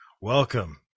Welcome